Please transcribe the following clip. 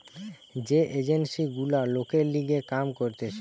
যে এজেন্সি গুলা লোকের লিগে কাম করতিছে